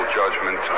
judgment